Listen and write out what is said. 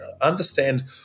understand